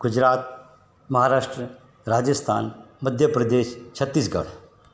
Gujarat Maharashtra Rajasthan Madhya Pradesh Chhattisgarh